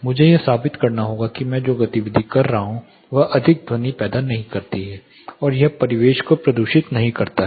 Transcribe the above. मुझे यह साबित करना होगा कि मैं जो गतिविधि कर रहा हूं वह अधिक ध्वनि पैदा नहीं करता है और यह परिवेश को प्रदूषित नहीं करता है